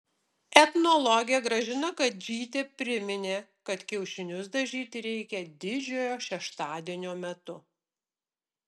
etnologė gražina kadžytė priminė kad kiaušinius dažyti reikia didžiojo šeštadienio metu